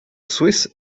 swiss